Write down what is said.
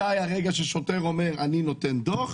מתי הרגע ששוטר אומר אני נותן דוח,